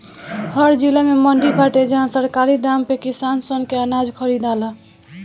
हर जिला में मंडी बाटे जहां सरकारी दाम पे किसान सन के अनाज खरीदाला